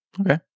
Okay